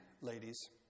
ladies